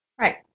Right